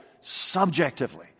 subjectively